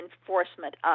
enforcement